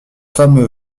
femmes